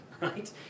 right